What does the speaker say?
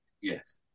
Yes